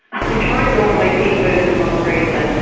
i don't normally keep birds in my freezer.